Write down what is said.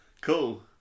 cool